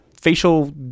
facial